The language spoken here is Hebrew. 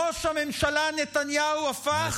ראש הממשלה נתניהו הפך